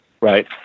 Right